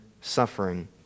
suffering